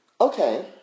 Okay